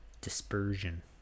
Dispersion